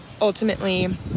ultimately